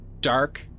dark